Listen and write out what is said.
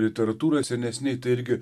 literatūroj senesnėj tai irgi